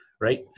right